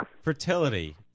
fertility